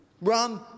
Run